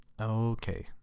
okay